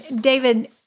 David